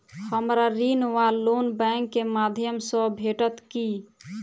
हमरा ऋण वा लोन बैंक केँ माध्यम सँ भेटत की?